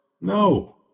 No